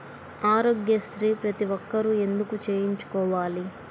ఆరోగ్యశ్రీ ప్రతి ఒక్కరూ ఎందుకు చేయించుకోవాలి?